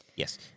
Yes